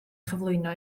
chyflwyno